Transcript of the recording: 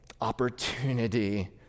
opportunity